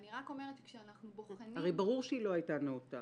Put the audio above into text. אני רק אומרת שכשאנחנו בוחנים --- הרי ברור שהיא לא הייתה נאותה,